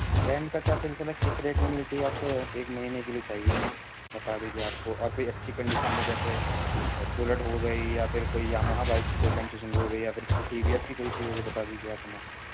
rent کا کیا سلسلہ ہے کس ریٹ میں ملتی ہے آپ کو یہ ایک مہینے کے لیے چاہیے ہمیں بتا دیجیے آپ کو اور پھر اچھی کنڈیشن میں جیسے بلٹ ہو گئی یا پھر کوئی یماہا بائک کی کوئی کنڈیشن ہو گئی یا پھر ٹی وی ایس کی کوئی سی ہو گئی بتا دیجیے آپ ہمیں